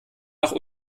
nach